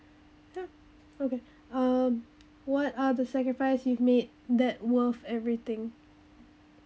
okay uh what are the sacrifice you've made that worth everything